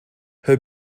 her